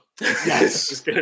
Yes